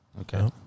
Okay